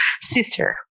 sister